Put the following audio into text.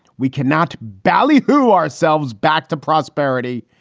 we cannot ballyhoo ourselves back to prosperity.